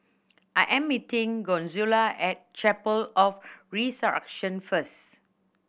I am meeting Consuela at Chapel of the Resurrection first